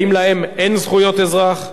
האם להם אין זכויות אזרח,